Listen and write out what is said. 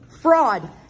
fraud